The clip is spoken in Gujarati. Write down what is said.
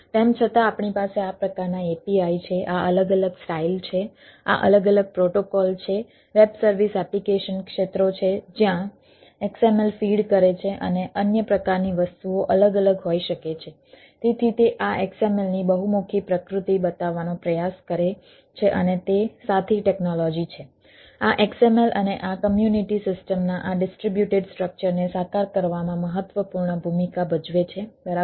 તેમ છતાં આપણી પાસે આ પ્રકારના API છે આ અલગ અલગ સ્ટાઇલ છે આ અલગ અલગ પ્રોટોકોલ છે વેબ સર્વિસ એપ્લિકેશન ક્ષેત્રો છે જ્યાં XML ફીડ સિસ્ટમના આ ડિસ્ટ્રીબ્યુટેડ સ્ટ્રક્ચરને સાકાર કરવામાં મહત્વપૂર્ણ ભૂમિકા ભજવે છે બરાબર